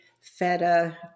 feta